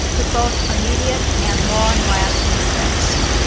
with both immediate and long lasting effects.